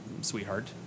sweetheart